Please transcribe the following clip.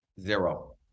Zero